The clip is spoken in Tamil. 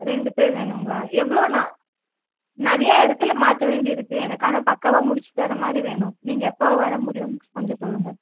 ரெண்டு பேர் வேணுங்களா எவ்வளோ நாள் நிறையா இடத்துல மாற்ற வேண்டியது இருக்குது எனக்கு ஆனால் பக்காவாக முடிச்சுத்தர மாதிரி வேணும் நீங்கள் எப்போ வர முடியுன்னு கொஞ்சம் சொல்லுங்கள்